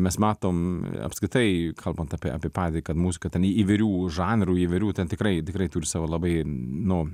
mes matom apskritai kalbant apie apie padėtį kad muzika ten įvairių žanrų įvairių ten tikrai tikrai turi savo labai nu